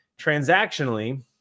transactionally